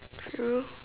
true